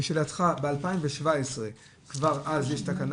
לשאלתך, ב-2017, כבר אז יש תקנה